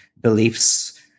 beliefs